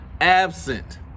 absent